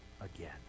again